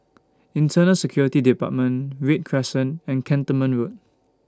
Internal Security department Read Crescent and Cantonment Road